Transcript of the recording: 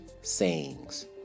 sayings